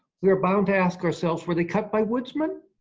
we are bound to ask ourselves, were they cut by woodsmen,